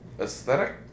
Aesthetic